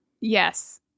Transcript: Yes